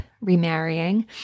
remarrying